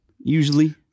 usually